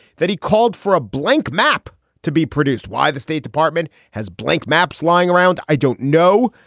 that he called for a blank map to be produced? why the state department has blank maps lying around? i don't know.